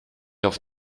auf